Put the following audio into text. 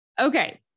Okay